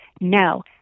no